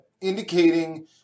indicating